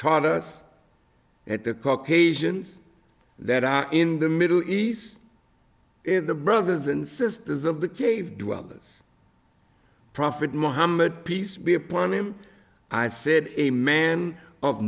taught us and the caucasians that are in the middle east in the brothers and sisters of the cave dwellers prophet mohammed peace be upon him i said a man of